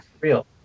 real